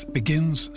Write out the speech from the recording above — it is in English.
begins